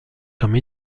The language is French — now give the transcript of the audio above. comme